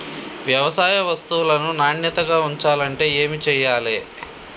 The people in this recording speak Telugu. వ్యవసాయ వస్తువులను నాణ్యతగా ఉంచాలంటే ఏమి చెయ్యాలే?